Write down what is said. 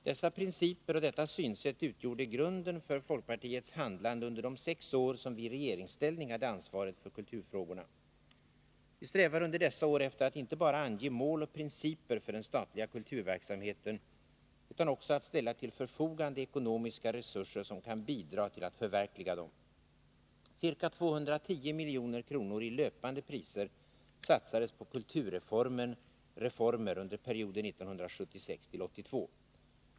Dessa principer och detta synsätt utgjorde grunden för folkpartiets handlande under de sex år som vi i regeringsställning hade ansvaret för kulturfrågorna. Vi strävade under dessa år efter att inte bara ange mål och principer för den statliga kulturverksamheten utan också att ställa till förfogande ekonomiska resurser som kan bidra till att förverkliga dem. Ca 210 milj.kr. i löpande priser satsades på kulturreformer under perioden 1976-1982.